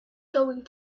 going